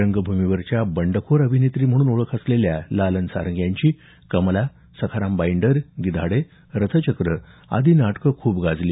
रंगभूमीवरच्या बंडखोर अभिनेत्री म्हणून ओळख असलेल्या लालन सारंग यांची कमला सखाराम बाईंडर गिधाडे रथचक्र आदी नाटकं खूप गाजली